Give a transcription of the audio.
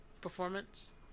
performance